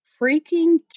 freaking